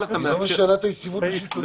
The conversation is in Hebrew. היא לא משנה את היציבות השלטונית.